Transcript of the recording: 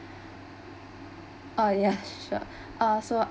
ah yes sure ah so